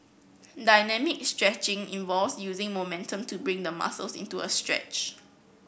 dynamic stretching involves using momentum to bring the muscles into a stretch